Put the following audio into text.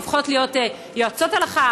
הופכות להיות יועצות הלכה,